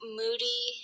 moody